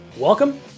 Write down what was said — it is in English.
Welcome